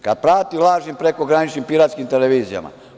Kad plati lažnim prekograničnim piratskim televizijama?